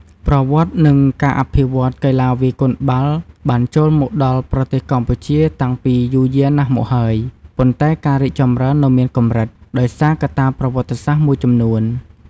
ប្រវត្តិ និងការអភិវឌ្ឍន៍ កីឡាវាយកូនបាល់បានចូលមកដល់ប្រទេសកម្ពុជាតាំងពីយូរយារណាស់មកហើយ ប៉ុន្តែការរីកចម្រើននៅមានកម្រិត ដោយសារកត្តាប្រវត្តិសាស្ត្រមួយចំនួន។